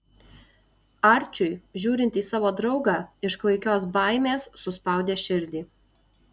arčiui žiūrint į savo draugą iš klaikios baimės suspaudė širdį